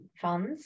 funds